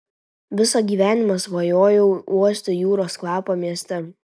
visą gyvenimą svajojau uosti jūros kvapą mieste